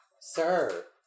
sir